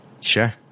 Sure